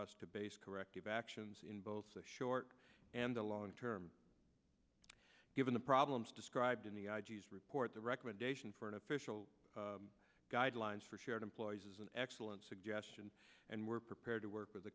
us to base corrective actions in both the short and the long term given the problems described in the i g s report the recommendation for an official guidelines for shared employees is an excellent suggestion and we're prepared to work with